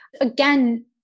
again